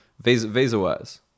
visa-wise